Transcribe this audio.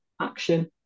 action